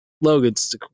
Logan's